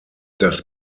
das